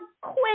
quick